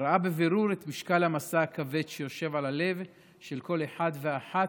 ראה בבירור את משקל המשא הכבד שיושב על הלב של כל אחד ואחת